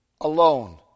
alone